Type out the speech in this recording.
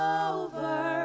over